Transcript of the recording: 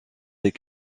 des